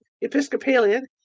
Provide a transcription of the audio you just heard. Episcopalian